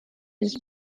his